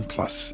Plus